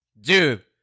Dude